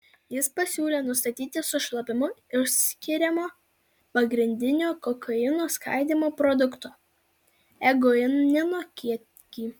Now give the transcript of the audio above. jis pasiūlė nustatyti su šlapimu išskiriamo pagrindinio kokaino skaidymo produkto ekgonino kiekį